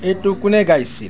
এইটো কোনে গাইছিল